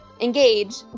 engage